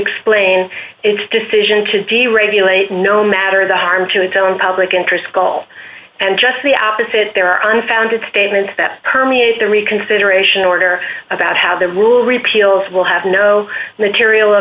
explain its decision to deregulate no matter the harm to tell in public interest call and just the opposite there are unfounded statements that permeate the reconsideration order about how the rule repeals will have no material